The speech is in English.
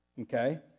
Okay